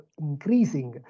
increasing